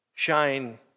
shine